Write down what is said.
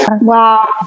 wow